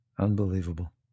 Unbelievable